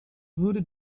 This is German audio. wurde